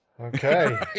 Okay